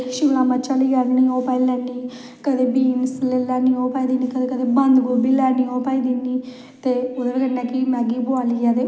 इध्दर छब्बी जनबरी गी कुड़ियां ढोल बजांदियां स्कूले बिच्च फंक्शन होंदे